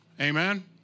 Amen